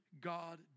God